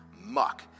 muck